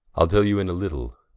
ile tell you in a little.